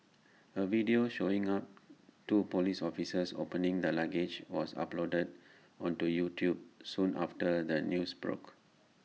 A video showing up two Police officers opening the luggage was uploaded onto YouTube soon after the news broke